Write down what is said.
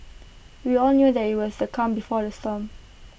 we all knew that IT was the calm before the storm